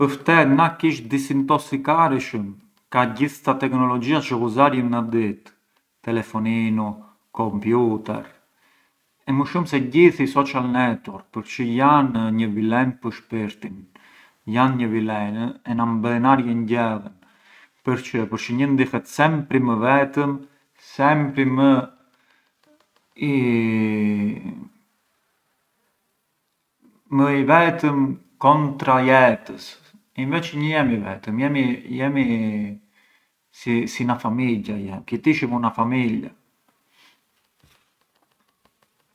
Pë’ fte, na kish disintossikareshëm ka gjith sta tecnologia çë ghuzarjëm nga ditë, telefoninu, computer, e më shumë se gjithë i social network, përçë jan një vilen pë’ shpirtin, jan një vilen e na nvilinarjën gjellën, përçë… përçë një ndihet sempri më vetëm, sempri më i më i vetëm kontra jetës, inveçi ngë jemi vetëm, jemi si na famigghia jemi, ki’ të ishëm una famiglia.